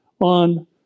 on